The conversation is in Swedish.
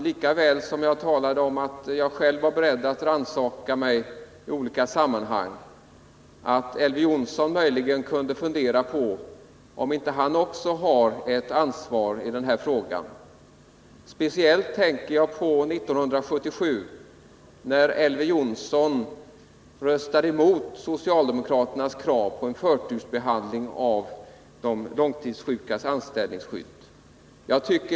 Lika väl som jag talade om att jag var beredd till självrannsakan i olika sammanhang tycker jag att Elver Jonsson möjligen kunde fundera över om inte också han har ett ansvar i denna fråga. Speciellt tänker jag på 1977, när Elver Jonsson röstade mot socialdemokraternas krav på en förtursbehandling av frågan om de långtidssjukas anställningsskydd.